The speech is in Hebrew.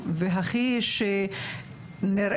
אנחנו לא יכולים להסתפק ברצונות,